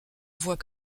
voit